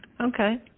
Okay